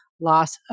loss